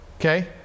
okay